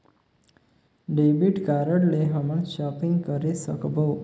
Debit card ले हमन shopping करे सकबो?